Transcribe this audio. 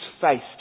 faced